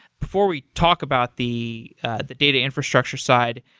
before we talk about the the data infrastructure side,